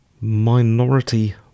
minority